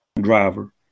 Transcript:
driver